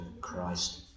Christ